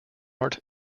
art